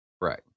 Right